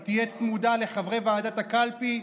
היא תהיה צמודה לחברי ועדת הקלפי,